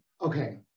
okay